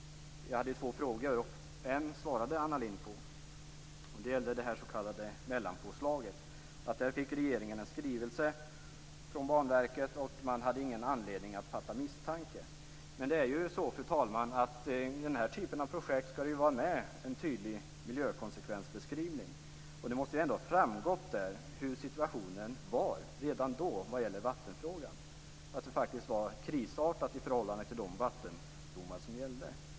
Jag hade två frågor. En svarade Anna Lindh på. Det gällde det s.k. mellanpåslaget. Där fick regeringen alltså en skrivelse från Banverket, och man hade ingen anledning att fatta misstanke. Men det är ju så, fru talman, att vid den här typen av projekt skall det vara med en tydlig miljökonsekvensbeskrivning. Det måste ändå ha framgått där hur situationen var redan då vad gäller vattenfrågan, att det faktiskt var krisartat i förhållande till de vattendomar som gällde.